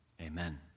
Amen